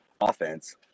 offense